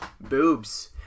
boobs